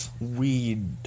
weed